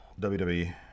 WWE